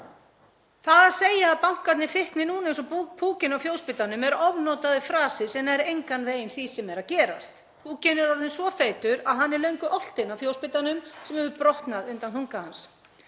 Það að segja að bankarnir fitni núna eins og púkinn á fjósbitanum er ofnotaður frasi sem nær engan veginn því sem er að gerast. Púkinn er orðinn svo feitur að hann er löngu oltinn af fjósbitanum sem hefur brotnað undan þunga hans.